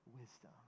wisdom